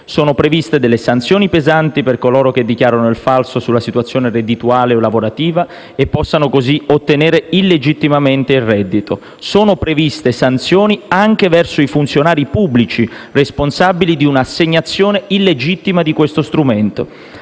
sono previste delle sanzioni pesanti per coloro che dichiarano il falso sulla situazione reddituale o lavorativa e possono così ottenere illegittimamente il reddito. Sono previste sanzioni anche verso i funzionari pubblici responsabili di un'assegnazione illegittima di questo strumento.